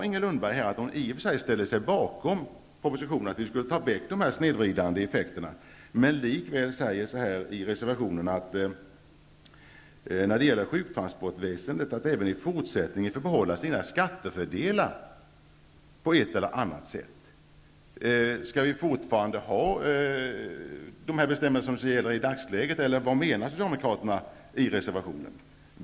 Inger Lundberg sade här att hon i och för sig ställer sig bakom propositions förslag om att man skall bort de snedvridande effekterna. Likväl sägs det i reservationen att ''sjuktransportväsendet även i fortsättningen får behålla sina skattefördelar på ett eller annat sätt''. Skall vi behålla de bestämmelser som gäller i dagsläget eller vad menar de socialdemokrater som står bakom reservation 1?